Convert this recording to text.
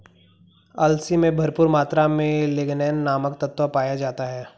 अलसी में भरपूर मात्रा में लिगनेन नामक तत्व पाया जाता है